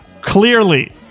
clearly